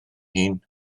hun